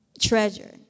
treasure